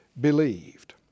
believed